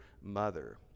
mother